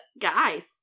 Guys